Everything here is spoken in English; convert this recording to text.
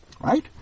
Right